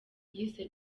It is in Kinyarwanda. yise